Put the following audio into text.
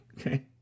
Okay